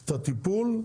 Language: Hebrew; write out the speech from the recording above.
את הטיפול.